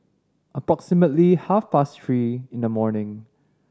approximately half past three in the morning